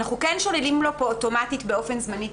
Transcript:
אנחנו שוללים לו פה אוטומטית באופן זמני את